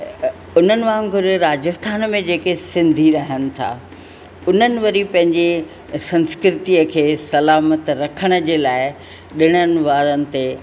उन्हनि वांगुरु राजस्थान में जेका सिंधी रहनि था उन्हनि वरी पंहिंजे संस्कृतीअ खे सलामत रखण जे लाइ ॾिणनि वारनि ते